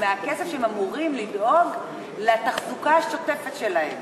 מהכסף שבו אמורים לדאוג לתחזוקה השוטפת שלהם.